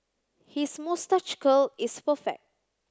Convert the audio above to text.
his moustache curl is perfect